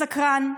סקרן,